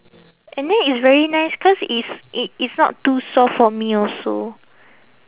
and then it's very nice cause it's it is not too soft for me also